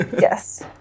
Yes